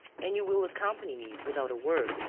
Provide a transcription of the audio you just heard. and you will accompany me without a word,